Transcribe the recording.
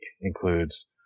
includes